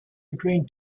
between